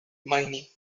mining